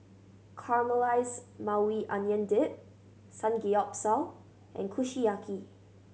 Caramelized Maui Onion Dip Samgeyopsal and Kushiyaki